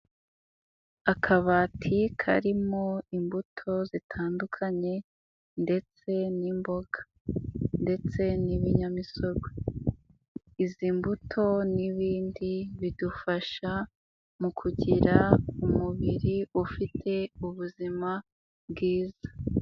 Akabati karimo imbuto zitandukanye ndetse n'imboga ndetse n'ibinyamisogwe. Izi mbuto n'ibindi bidufasha mu kugira umubiri ufite ubuzima bwiza.